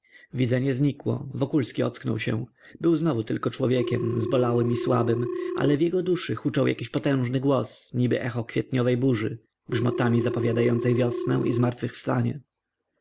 pokoju widzenie znikło wokulski ocknął się był znowu tylko człowiekiem zbolałym i słabym ale w jego duszy huczał jakiś potężny głos niby echo kwietniowej burzy grzmotami zapowiadającej wiosnę i zmartwychwstanie